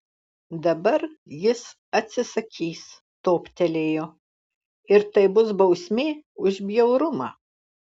dabar jis atsisakys toptelėjo ir tai bus bausmė už bjaurumą